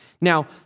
Now